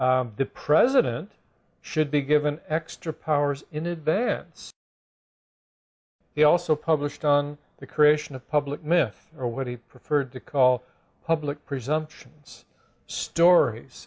l the president should be given extra powers in advance he also published on the creation of public myth or what he preferred to call public presumptions stories